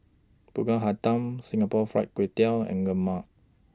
Pulut Hitam Singapore Fried Kway Tiao and Lemang